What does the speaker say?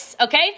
okay